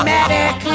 Medic